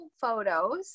photos